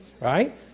Right